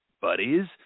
buddies